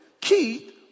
Keith